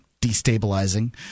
destabilizing